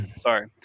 Sorry